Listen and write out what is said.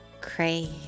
Cray